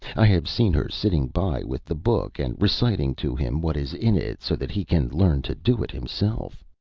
i have seen her sitting by with the book and reciting to him what is in it, so that he can learn to do it himself.